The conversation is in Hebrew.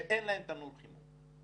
שאין להם תנור חימום.